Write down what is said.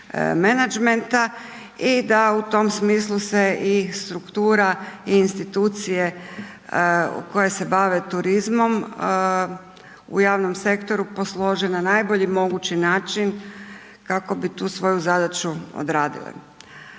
i da u tom smislu se i struktura i institucije koje se bave turizmom u javnom sektoru poslože na najbolji mogući način, kako bi tu svoju zadaću odradile.